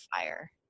fire